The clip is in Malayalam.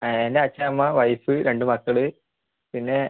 ആ എൻ്റെ അച്ഛൻ അമ്മ വൈഫ് രണ്ട് മക്കൾ പിന്നെ